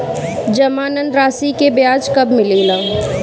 जमानद राशी के ब्याज कब मिले ला?